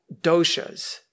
doshas